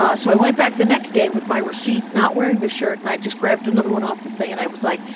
ah so i went back the next day with my receipt, not wearing the shirt. and i just grabbed another one off the thing, and i was like,